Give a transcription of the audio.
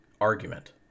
argument